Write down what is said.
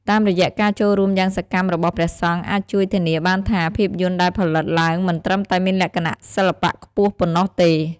តាមរយៈការចូលរួមយ៉ាងសកម្មរបស់ព្រះសង្ឃ អាចជួយធានាបានថា ភាពយន្តដែលផលិតឡើងមិនត្រឹមតែមានលក្ខណៈសិល្បៈខ្ពស់ប៉ុណ្ណោះទេ។